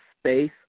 space